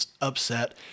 upset